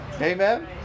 amen